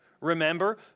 Remember